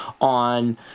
on